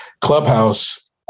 Clubhouse